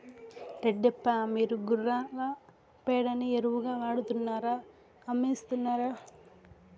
రెడ్డప్ప, మీరు గుర్రాల పేడని ఎరువుగా వాడుతున్నారా అమ్మేస్తున్నారా